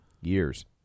Years